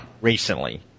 recently